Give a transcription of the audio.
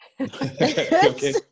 Okay